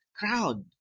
crowd